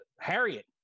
Harriet